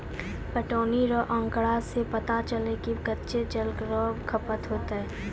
पटौनी रो आँकड़ा से पता चलै कि कत्तै जल रो खपत होतै